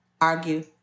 argue